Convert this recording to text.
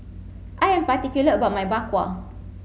I am particular about my Bak Kwa